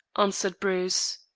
answered bruce.